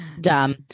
dumb